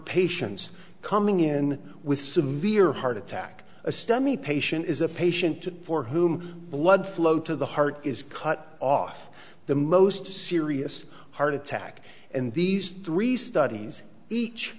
patients coming in with severe heart attack a stanley patient is a patient for whom blood flow to the heart is cut off the most serious heart attack and these three studies each